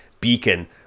beacon